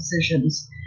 decisions